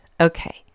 Okay